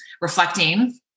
reflecting